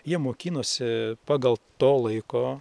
jie mokinosi pagal to laiko